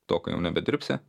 to kai jau nebedirbsi